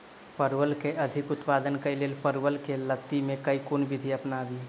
परवल केँ अधिक उत्पादन केँ लेल परवल केँ लती मे केँ कुन विधि अपनाबी?